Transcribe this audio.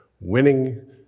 winning